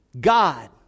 God